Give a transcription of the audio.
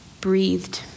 breathed